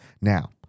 Now